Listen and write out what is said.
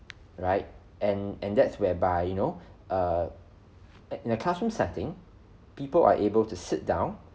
right and and that's whereby you know err in a classroom setting people are able to sit down